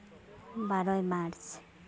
ᱵᱟᱨᱳᱭ March